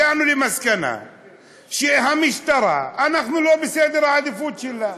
הגענו למסקנה שהמשטרה, אנחנו לא בסדר העדיפות שלה,